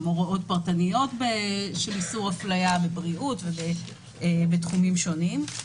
יש גם הוראות פרטניות של איסור הפליה בבריאות ובתחומים שונים.